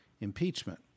impeachment